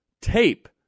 tape